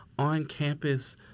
on-campus